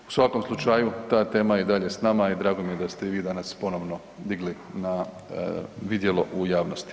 U svakom slučaju ta tema je i dalje s nama i drago mi je da ste ju i vi danas ponovno digli na vidjelo u javnosti.